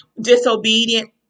disobedient